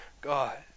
God